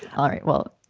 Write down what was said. all right. well,